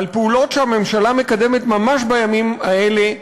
על פעולות שהממשלה מקדמת ממש בימים האלה.